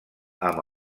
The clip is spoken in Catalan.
amb